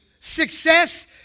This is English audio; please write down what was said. success